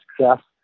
success